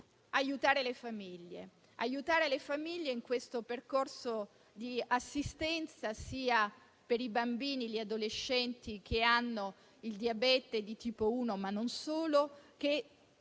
L'ultima è aiutare le famiglie in questo percorso di assistenza, sia per i bambini e gli adolescenti che hanno il diabete di tipo 1 (ma non solo), sia